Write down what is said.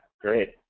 great